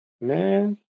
Man